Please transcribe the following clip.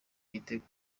igitego